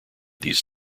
these